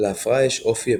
להפרעה יש אופי אפיזודי,